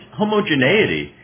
homogeneity